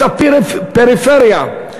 את הפריפריה,